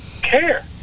care